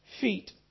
feet